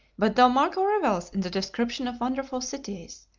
but though marco revels in the description of wonderful cities,